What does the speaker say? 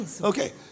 Okay